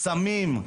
סמים,